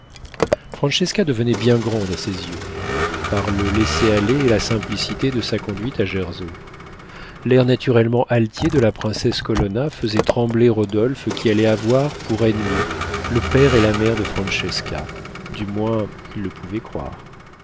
devenait bien grande à ses yeux par le laisser-aller et la simplicité de sa conduite à gersau l'air naturellement altier de la princesse colonna faisait trembler rodolphe qui allait avoir pour ennemis le père et la mère de francesca du moins il le pouvait croire